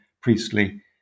priestly